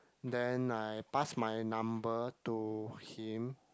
then I pass my number to him